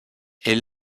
est